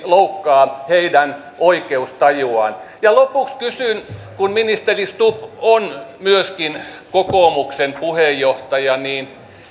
loukkaa heidän oikeustajuaan ja lopuksi kysyn kun ministeri stubb on myöskin kokoomuksen puheenjohtaja